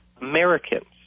Americans